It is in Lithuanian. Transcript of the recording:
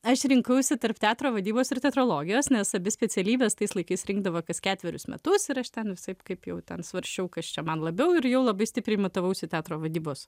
aš rinkausi tarp teatro vadybos ir teatrologijos nes abi specialybės tais laikais rinkdavo kas ketverius metus ir aš ten visaip kaip jau ten svarsčiau kas čia man labiau ir jau labai stipriai matavausi teatro vadybos